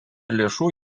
lėšų